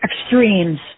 Extremes